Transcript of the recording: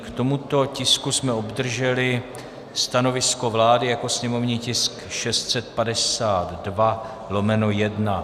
K tomuto tisku jsme obdrželi stanovisko vlády jako sněmovní tisk 652/1.